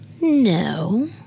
No